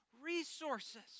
resources